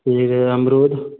फिर अमरूद